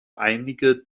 einige